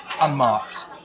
unmarked